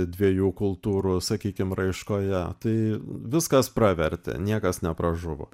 dviejų kultūrų sakykim raiškoje tai viskas pravertė niekas nepražuvo